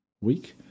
week